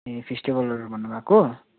ए फेस्टिबलहरू भन्नुभएको